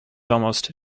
almost